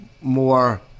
more